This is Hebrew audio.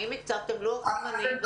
האם הקצבתם לוח זמנים?